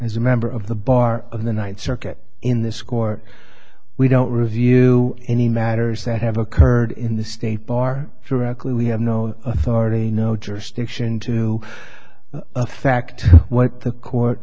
as a member of the bar of the ninth circuit in this court we don't review any matters that have occurred in the state bar directly we have no authority no jurisdiction to a fact what the court